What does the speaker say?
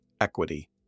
equity